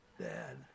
dad